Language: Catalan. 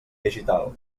digital